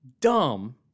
dumb